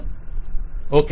vendor okay